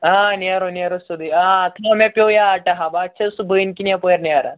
آ نیرو نیرو سیٛودٕے آ تھاو مےٚ پیٛوٚو یاد ٹہاب چھا سُہ بٔنۍ کِنۍ یَپٲرۍ نیران